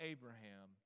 Abraham